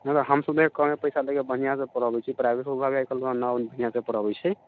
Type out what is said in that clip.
हमसब तऽ कमे पैसा लऽ कऽ बढ़िआँसँ पढ़बै छिए प्राइवेटवला आइकाल्हि नहि बढ़िआँसँ पढ़बै छै